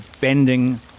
bending